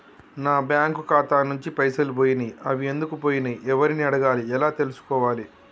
నా బ్యాంకు ఖాతా నుంచి పైసలు పోయినయ్ అవి ఎందుకు పోయినయ్ ఎవరిని అడగాలి ఎలా తెలుసుకోవాలి?